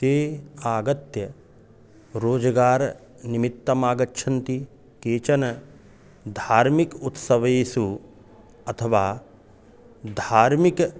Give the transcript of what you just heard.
ते आगत्य रोजगारं निमित्तमागच्छन्ति केचन धार्मिकः उत्सवेषु अथवा धार्मिकः